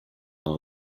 all